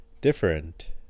different